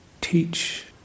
teach